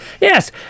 Yes